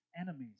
enemies